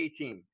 18